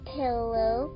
pillow